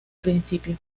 principio